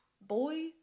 boy